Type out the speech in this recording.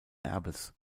erbes